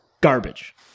Garbage